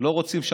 לא רוצים,